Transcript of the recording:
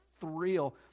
thrill